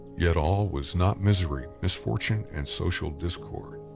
yet all was not misery, misfortune and social discord.